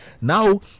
now